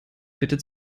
bitte